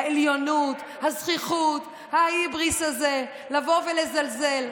העליונות, הזחיחות, ההיבריס הזה, לבוא ולזלזל.